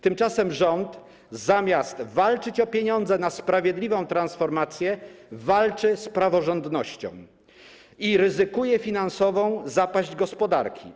Tymczasem rząd, zamiast walczyć o pieniądze na sprawiedliwą transformację, walczy z praworządnością i ryzykuje finansową zapaść gospodarki.